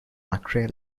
mccrae